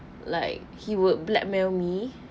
like he would blackmail me